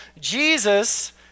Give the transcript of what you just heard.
Jesus